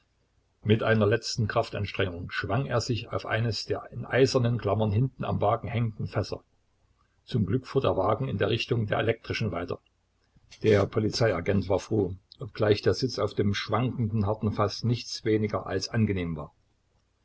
mit einer letzten kraftanstrengung schwang er sich auf eines der in eisernen klammern hinten am wagen hängenden fässer zum glück fuhr der wagen in der richtung der elektrischen weiter der polizeiagent war froh obgleich der sitz auf dem schwankenden harten faß nichts weniger als angenehm war